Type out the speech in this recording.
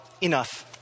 enough